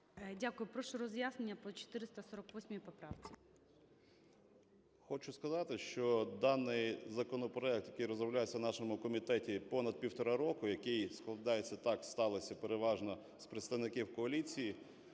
Дякую. Прошу роз'яснення по 448 поправці. 13:49:28 БУРБАК М.Ю. Хочу сказати, що даний законопроект, який розроблявся в нашому комітеті понад півтора роки, який складається, так сталося, переважно з представників коаліції,